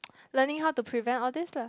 learning how to prevent all this la